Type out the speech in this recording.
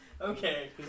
Okay